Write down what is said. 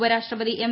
ഉപരാഷ്ട്രപതി എം